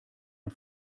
man